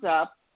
up